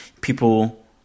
people